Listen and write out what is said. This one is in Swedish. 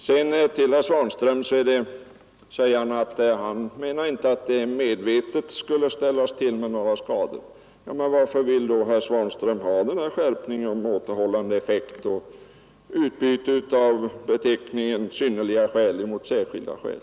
Sedan sade herr Svanström att han inte menat att någon skulle medvetet göra sig skyldig till skadevållande handlingar, men varför vill herr Svanström då ha denna skärpning om återhållande effekt och detta utbyte av ”synnerliga skäl” mot ”särskilda skäl”?